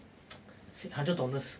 hundred dollars